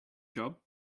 job